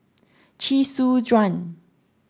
Chee Soon Juan